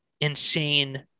Insane